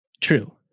True